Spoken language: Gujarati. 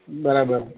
બરાબર